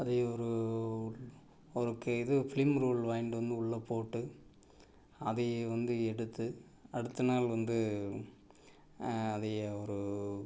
அதே ஒரு அவருக்கு இது ஃப்லிம் ரோல் வாங்கிட்டு வந்து உள்ளே போட்டு அதையே வந்து எடுத்து அடுத்த நாள் வந்து அதை ஒரு